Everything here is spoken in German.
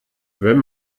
wenn